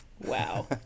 Wow